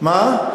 מה?